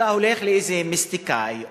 אתה הולך לאיזה מיסטיקאי,